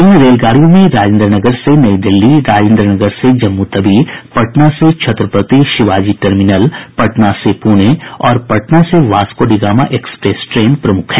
इन रेलगाड़ियों में राजेन्द्र नगर से नई दिल्ली राजेन्द्र नगर से जम्मू तवी पटना से छत्रपति शिवाजी टर्मिनल पटना से पुणे और पटना से वास्कोडिगामा एक्सप्रेस ट्रेन प्रमुख हैं